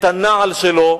את הנעל שלו,